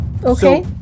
Okay